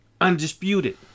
Undisputed